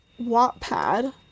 Wattpad